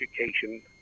education